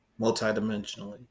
multidimensionally